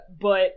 but-